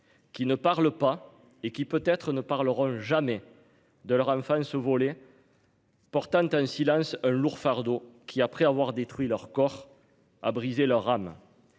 Qui ne parlent pas et qui peut être ne parleront jamais de leur enfance volée. Portant un silence lourd fardeau qui après avoir détruit leur corps à briser leur rame.